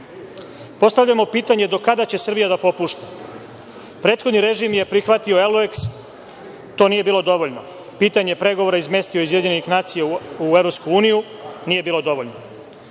Postavljamo pitanje do kada će Srbija da popušta? Prethodni režim je prihvatio Euleks, to nije bilo dovoljno. Pitanje pregovora izmestio iz Ujedinjenih nacija u EU, nije bilo dovoljno.